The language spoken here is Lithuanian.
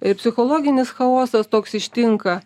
ir psichologinis chaosas toks ištinka